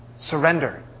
Surrender